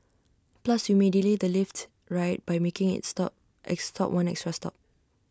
plus you may delay the lift ride by making IT stop IT stop one extra stop